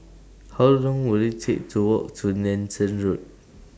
How Long Will IT Take to Walk to Nanson Road